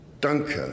Danke